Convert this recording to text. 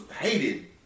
hated